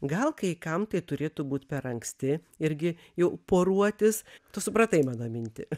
gal kai kam tai turėtų būt per anksti irgi jau poruotis tu supratai mano mintį